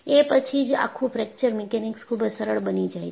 એ પછી જ આખું ફ્રેક્ચર મિકેનિક્સ ખૂબ જ સરળ બની જાય છે